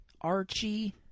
Archie